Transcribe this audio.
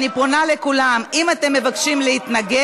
אני פונה לכולם: אם אתם מבקשים להתנגד,